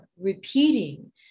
repeating